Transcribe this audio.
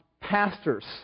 pastors